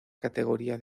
categoría